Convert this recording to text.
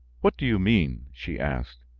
what do you mean? she asked.